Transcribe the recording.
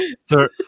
sir